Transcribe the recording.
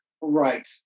Right